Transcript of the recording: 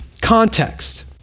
context